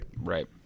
Right